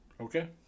Okay